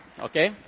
okay